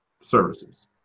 services